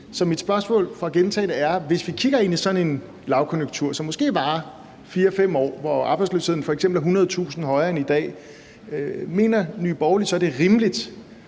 mit spørgsmål: Hvis vi kigger ind i sådan en lavkonjunktur, som måske varer 4-5 år, hvor arbejdsløsheden f.eks. er 100.000 højere end i dag, mener Nye Borgerlige så, at det er rimeligt,